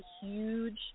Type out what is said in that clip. huge